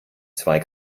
zwei